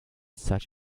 such